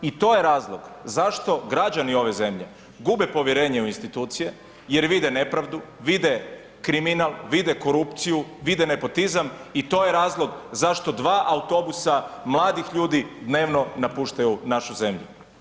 I to je razlog, zašto građani ove zemlje gube povjerenje u institucije, jer vide nepravdu, vide kriminal, vide korupciju, vide nepotizam i to je razlog zašto 2 autobusa, mladih ljudi, dnevno napuštaju našu zemlju.